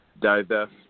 divest